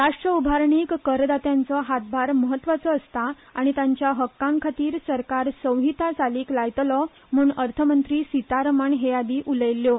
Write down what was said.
राष्ट्रउभारणीक करदात्यांचो हातभार म्हत्वाचो आसता आनी तांच्या हक्कांखातीर सरकार संहिता चालीक लायतलो म्हण अर्थमंत्री सीतारमण हे आदीं उलयिल्ल्यो